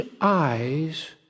eyes